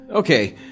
Okay